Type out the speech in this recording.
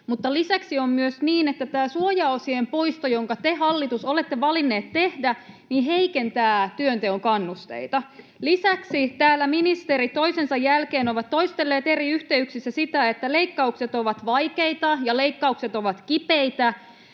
tämä suojaosien poisto, jonka te, hallitus, olette valinneet tehdä, heikentää työnteon kannusteita. Lisäksi täällä ministeri toisensa jälkeen on toistellut eri yhteyksissä sitä, että leikkaukset ovat vaikeita ja